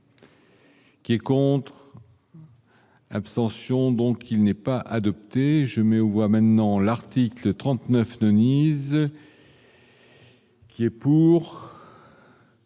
Qui est contre. Abstention donc il n'est pas adopté, je mets ou voit maintenant l'article 39 Denise. Qui est pour.